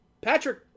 patrick